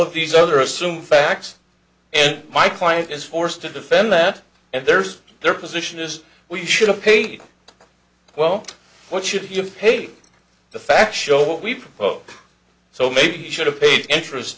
of these other assume facts and my client is forced to defend that and there's their position is we should have paid well what should he have paid the fact show what we propose so maybe he should have paid interest